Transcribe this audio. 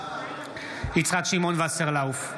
יצחק שמעון וסרלאוף,